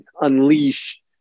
unleash